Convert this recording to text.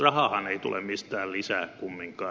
rahaahan ei tule mistään lisää kumminkaan